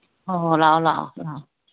ꯍꯣ ꯍꯣ ꯂꯥꯛꯑꯣ ꯂꯥꯛꯑꯣ ꯂꯥꯛꯑꯣ